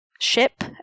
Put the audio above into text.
ship